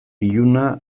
iluna